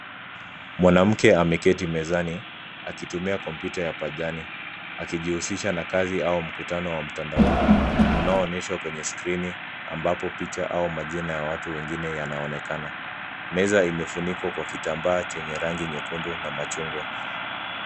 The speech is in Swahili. Mwanamke ameketi mezani, akitumia kompyuta ya pajani, akijihusisha na kazi au mkutano wa mtandaoni unaoonyeshwa kwenye skrini, ambapo picha au majina ya watu wengine yanaonekana. Meza imefunikwa kwa kitambaa chenye rangi nyekundu na machungwa.